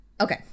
Okay